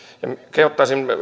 kehottaisin